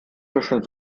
zwischen